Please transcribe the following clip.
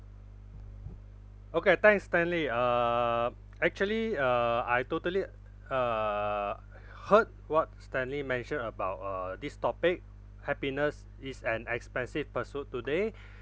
okay thanks stanley uh actually uh I totally uh heard what stanley mention about uh this topic happiness is an expensive pursuit today